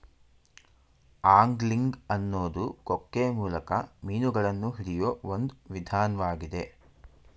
angling ಅನ್ನೋದು ಕೊಕ್ಕೆ ಮೂಲಕ ಮೀನುಗಳನ್ನ ಹಿಡಿಯೋ ಒಂದ್ ವಿಧಾನ್ವಾಗಿದೆ